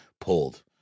pulled